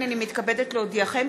הנני מתכבדת להודיעכם,